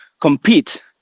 compete